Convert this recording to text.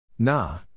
Nah